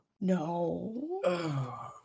No